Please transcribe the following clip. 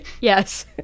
Yes